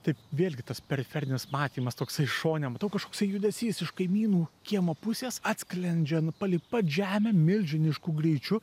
taip vėlgi tas periferinis matymas toksai šone matau kažkoksai judesys iš kaimynų kiemo pusės atsklendžia nu palei pat žemę milžinišku greičiu